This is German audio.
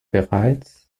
bereits